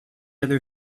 other